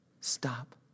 stop